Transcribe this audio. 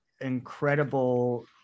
incredible